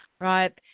right